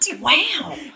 Wow